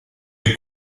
est